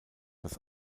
das